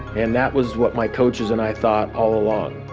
and that was what my coaches and i thought all along.